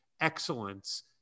excellence